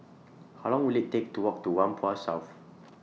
How Long Will IT Take to Walk to Whampoa South